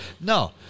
No